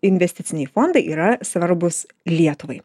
investiciniai fondai yra svarbūs lietuvai